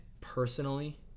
personally